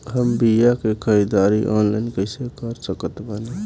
हम बीया के ख़रीदारी ऑनलाइन कैसे कर सकत बानी?